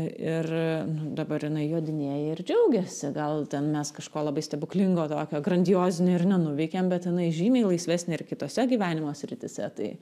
ir nu dabar jinai jodinėja ir džiaugiasi gal ten mes kažko labai stebuklingo tokio grandiozinio ir nenuveikėm bet jinai žymiai laisvesnė ir kitose gyvenimo srityse tai